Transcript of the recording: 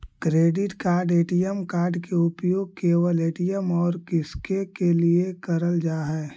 Credit card ATM card के उपयोग केवल ए.टी.एम और किसके के लिए करल जा है?